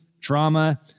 trauma